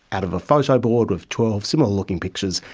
out of a photo board of twelve similar looking pictures,